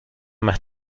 más